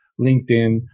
linkedin